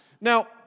Now